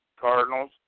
Cardinals